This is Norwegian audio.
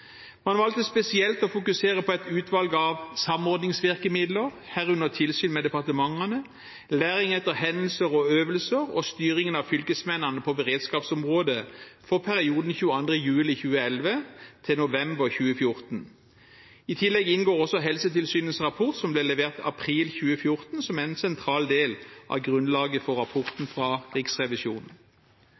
Man valgte spesielt å fokusere på et utvalg av samordningsvirkemidler, herunder tilsyn med departementene, læring etter hendelser og øvelser og styringen av fylkesmennene på beredskapsområdet for perioden 22. juli 2011 til november 2014. I tillegg inngår også Helsetilsynets rapport, som ble levert i april 2014, som er en sentral del av grunnlaget for rapporten fra Riksrevisjonen.